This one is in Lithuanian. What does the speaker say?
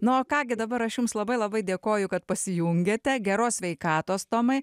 na o ką gi dabar aš jums labai labai dėkoju kad pasijungėte geros sveikatos tomai